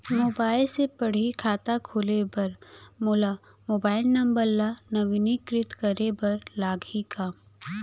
Mobile से पड़ही खाता खोले बर मोला मोबाइल नंबर ल नवीनीकृत करे बर लागही का?